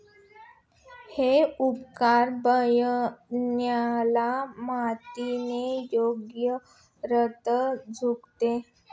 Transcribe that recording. हे उपकरण बियाण्याला मातीने योग्यरित्या झाकते